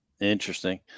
Interesting